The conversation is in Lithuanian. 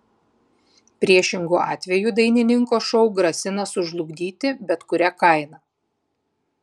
priešingu atveju dainininko šou grasina sužlugdyti bet kuria kaina